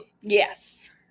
Yes